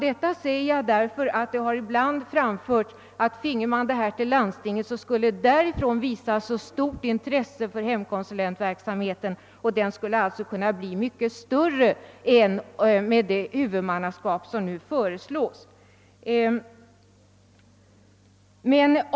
Detta säger jag därför att det ibland har anförts att om denna verksamhet knöts till landstingen skulle dessa visa stort intresse för hemkonsulentverksamheten och denna skulle kunna bli mycket större än med det huvudmannaskap som nu föreslås.